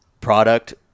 product